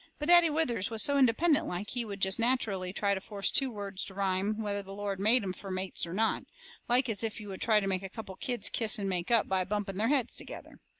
but daddy withers was so independent-like he would jest natcherally try to force two words to rhyme whether the lord made em fur mates or not like as if you would try to make a couple of kids kiss and make up by bumping their heads together.